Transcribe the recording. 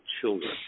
children